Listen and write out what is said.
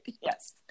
Yes